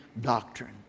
doctrine